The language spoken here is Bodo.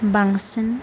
बांसिन